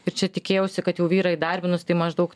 ir čia tikėjausi kad jau vyrą įdarbinus tai maždaug